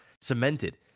cemented